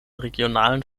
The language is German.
regionalen